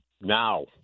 now